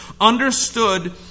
understood